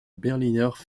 berliner